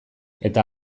eta